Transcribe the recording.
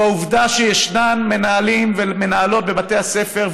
הוא העובדה שישנם מנהלים ומנהלות בבתי הספר,